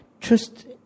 Trust